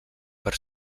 per